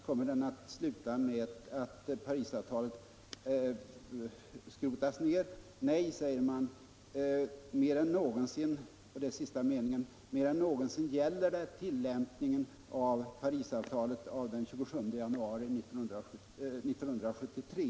Kommer den att sluta med att Parisavtalet skrotas ned? Nej, säger man i sista meningen, ”mer än någonsin gäller det tillämpningen av Parisavtalet av den 27 januari 1973”.